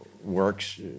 works